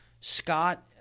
Scott